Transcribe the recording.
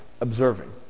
observing